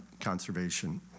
conservation